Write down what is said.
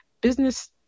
business